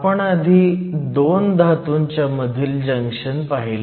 आपण आधी 2 धातूंच्यामधील जंक्शन पाहिलं